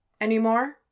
anymore